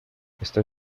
estoy